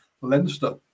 leinster